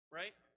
right